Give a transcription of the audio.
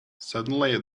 suddenly